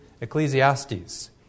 Ecclesiastes